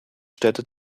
städte